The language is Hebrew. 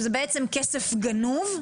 שזה בעצם כסף גנוב?